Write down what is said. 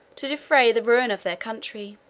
to defray the ruin of their country.